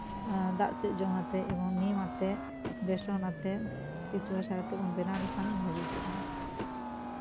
ᱫᱟᱜ ᱥᱮᱫ ᱡᱚᱝ ᱟᱛᱮᱫ ᱡᱮᱢᱚᱱ ᱱᱤᱢ ᱟᱛᱮᱫ ᱵᱮᱥᱚᱱ ᱟᱛᱮᱫ ᱠᱮᱪᱩᱣᱟᱹ ᱥᱟᱨ ᱟᱛᱮᱜ ᱵᱚᱱ ᱵᱮᱱᱟᱣ ᱞᱮᱠᱷᱟᱱ ᱵᱷᱟᱹᱜᱤ ᱠᱚᱜᱼᱟ